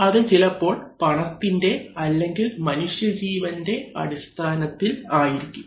അത് ചിലപ്പോൾ പണത്തിൻറെ അല്ലെങ്കിൽ മനുഷ്യ ജീവൻറെ അടിസ്ഥാനത്തിൽ ആയിരിക്കും